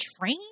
train